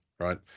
Right